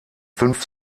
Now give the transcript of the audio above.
fünf